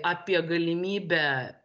apie galimybę